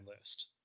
list